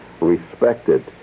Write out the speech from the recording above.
respected